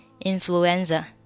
influenza